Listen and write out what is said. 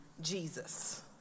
Jesus